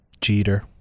Jeter